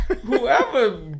Whoever